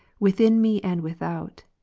within me and without,